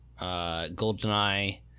Goldeneye